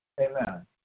Amen